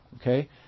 okay